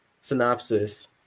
synopsis